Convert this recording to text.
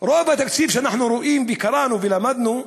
רוב התקציב שאנחנו רואים, וקראנו ולמדנו,